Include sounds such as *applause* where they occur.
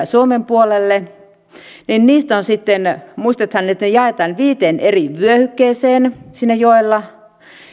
*unintelligible* suomen puolelle sitten muistetaan että ne jaetaan viiteen eri vyöhykkeeseen siinä joella